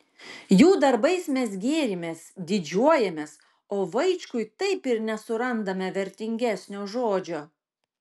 jų darbais mes gėrimės didžiuojamės o vaičkui taip ir nesurandame vertingesnio žodžio